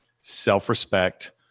self-respect